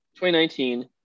2019